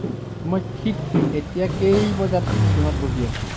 মই ঠিক এতিয়া কেই বজাত চীনত বহি আছো